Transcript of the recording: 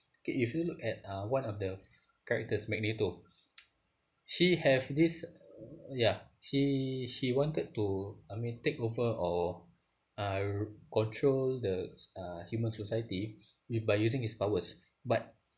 okay if you look at uh one of the characters magneto he has this ya he he wanted to I mean take over or uh control the uh human society by using his powers but